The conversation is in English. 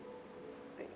like